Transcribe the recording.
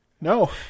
No